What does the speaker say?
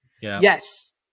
Yes